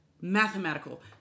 mathematical